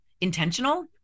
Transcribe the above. intentional